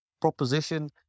proposition